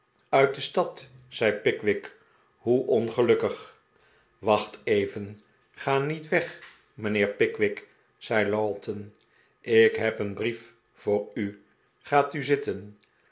uit de stad zei pickwick hoe ongelukkigl wacht even ga niet weg mijnheer pickwick zei lowten ik heb een brief voor u gaat u binnen